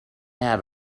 have